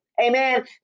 amen